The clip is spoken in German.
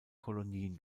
kolonien